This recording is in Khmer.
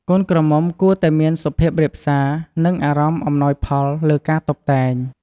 កូនក្រមុំគួរតែមានសុភាពរាបសារ និងអារម្មណ៍អំណោយផលលើការតុបតែង។